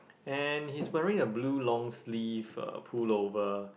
and he's wearing a blue long sleeve uh pull over